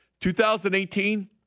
2018